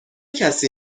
کسی